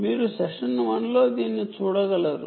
మీరు సెషన్ 1 లో దీన్ని చూడగలరు